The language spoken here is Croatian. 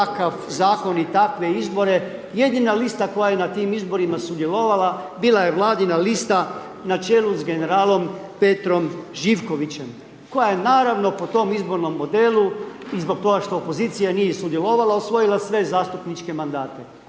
takav zakon i takve izbore, jedina lista koja je na tim listama izborima sudjelovala bila je vladina lista na čelu s generalom Petrom Živkovićem, koja je naravno po tom izbornom modelu i zbog toga što opozicija nije sudjelovala, osvojila sve zastupničke mandate?